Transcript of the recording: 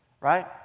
right